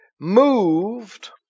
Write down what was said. Moved